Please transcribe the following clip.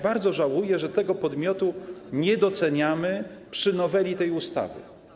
Bardzo żałuję, że tego podmiotu nie doceniamy przy noweli tej ustawy.